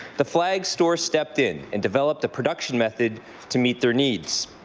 the flag store stepped in and developed a production method to meet their needs.